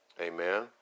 Amen